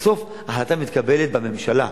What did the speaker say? בסוף החלטה מתקבלת בממשלה,